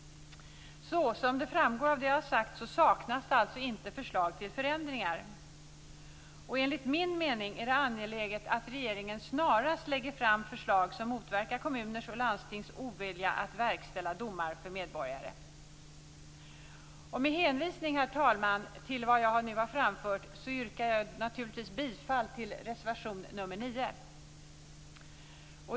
Såsom det framgår av det jag har sagt saknas det alltså inte förslag till förändringar. Enligt min mening är det angeläget att regeringen snarast lägger fram förslag som motverkar kommuners och landstings ovilja att verkställa domar för medborgare. Med hänvisning, herr talman, till vad jag nu har framfört, yrkar jag bifall till reservation nr 9.